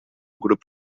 grup